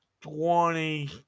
twenty